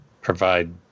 provide